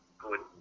good